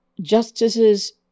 Justices